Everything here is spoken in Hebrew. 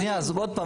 שוב פעם,